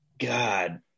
God